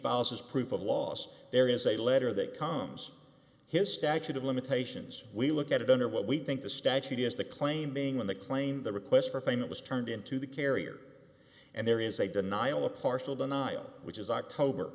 as proof of loss there is a letter that comes his statute of limitations we look at it under what we think the statute is the claim being on the claim the request for payment was turned into the carrier and there is a denial of partial denial which is october